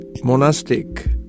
monastic